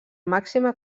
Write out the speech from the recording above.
màxima